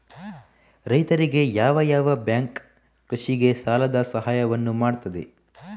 ರೈತರಿಗೆ ಯಾವ ಯಾವ ಬ್ಯಾಂಕ್ ಕೃಷಿಗೆ ಸಾಲದ ಸಹಾಯವನ್ನು ಮಾಡ್ತದೆ?